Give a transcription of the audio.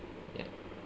ya